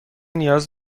نیاز